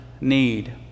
need